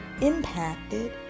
impacted